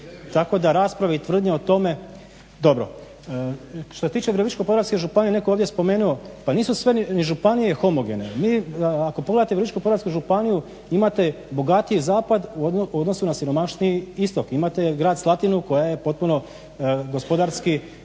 Tako da rasprave i tvrdnje o tome. Što se tiče Virovitičko-podravske županije netko je ovdje spomenuo, pa nisu ni sve županije homogene. Ako pogledate Virovitičko-podravsku županiju, imate bogatiji zapad u odnosu na siromašniji istok. Imate grad Slatinu koja je potpuno gospodarski